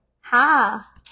Ha